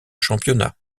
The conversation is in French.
championnat